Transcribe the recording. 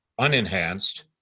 unenhanced